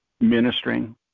ministering